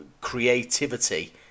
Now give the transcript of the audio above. creativity